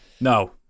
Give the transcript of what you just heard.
No